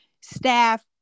staff